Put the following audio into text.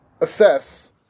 assess